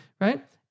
right